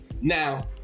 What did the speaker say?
now